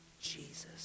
Jesus